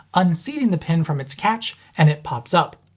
unseating the pin from its catch, and it pops up.